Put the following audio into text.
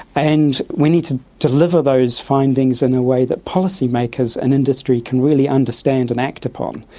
and we need to deliver those findings in a way that policy makers and industry can really understand and act upon,